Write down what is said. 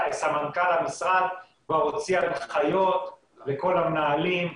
סמנכ"ל המשרד כבר הוציא הנחיות לכל המנהלים,